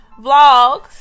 Vlogs